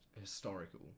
historical